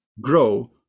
grow